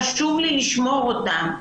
חשוב לי לשמור אותם.